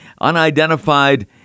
unidentified